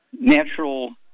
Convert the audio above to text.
natural